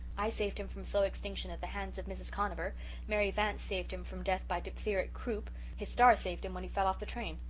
i saved him from slow extinction at the hands of mrs. conover mary vance saved him from death by diptheritic croup his star saved him when he fell off the train.